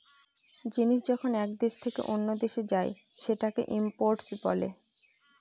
জিনিস যখন এক দেশ থেকে অন্য দেশে যায় সেটাকে ইম্পোর্ট বলে